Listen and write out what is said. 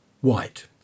white